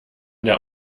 der